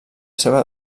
seva